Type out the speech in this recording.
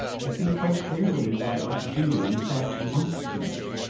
i see quite clearly what i ought to do in fact, must do.